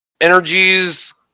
energies